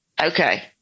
Okay